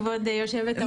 כבוד יושבת-הראש,